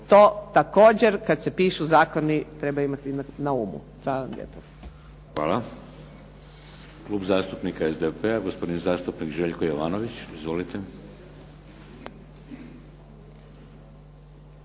To također kada se pišu zakoni treba imati na umu. Hvala vam lijepa. **Šeks, Vladimir (HDZ)** Hvala. Klub zastupnika SDP-a gospodin zastupnik Željko Jovanović. Izvolite.